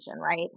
right